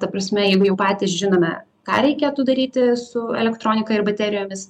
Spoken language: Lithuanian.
ta prasme jeigu jau patys žinome ką reikėtų daryti su elektronika ir baterijomis